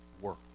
work